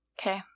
Okay